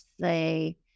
say